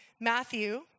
Matthew